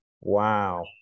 Wow